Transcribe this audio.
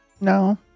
No